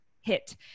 hit